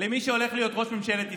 למי שהולך להיות ראש ממשלת ישראל: